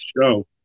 show